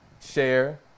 share